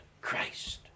Christ